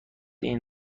این